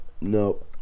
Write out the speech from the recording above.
No